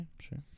sure